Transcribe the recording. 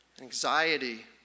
anxiety